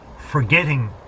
forgetting